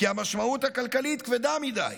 כי המשמעות הכלכלית כבדה מדי.